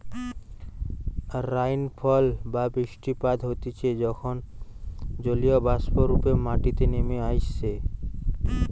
rainfall বা বৃষ্টিপাত হতিছে যখন জলীয়বাষ্প রূপে মাটিতে নেমে আইসে